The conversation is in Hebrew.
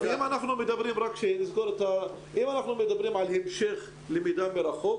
אם אנחנו מדברים על המשך למידה מרחוק,